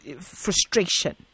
frustration